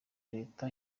leta